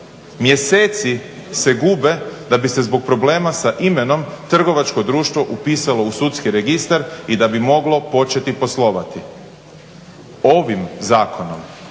mjeseci se gube da bi se zbog problema sa imenom trgovačko društvo upisalo u sudski registar i da bi moglo početi poslovati. Ovim zakonom